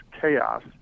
chaos